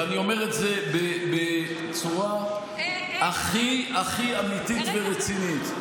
ואני אומר את זה בצורה הכי הכי אמיתית ורצינית,